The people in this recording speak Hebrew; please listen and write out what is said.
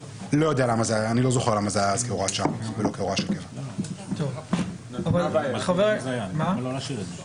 היה פה דיון ער וארוך, גם כולל ביום שני האחרון.